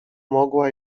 mogła